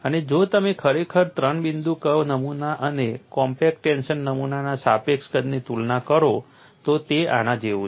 અને જો તમે ખરેખર ત્રણ બિંદુ કર્વ નમૂના અને કોમ્પેક્ટ ટેન્શન નમૂનાના સાપેક્ષ કદની તુલના કરો તો તે આના જેવું છે